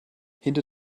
hinter